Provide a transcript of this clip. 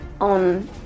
on